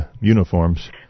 uniforms